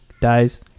dies